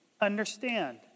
understand